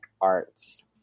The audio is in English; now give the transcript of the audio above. arts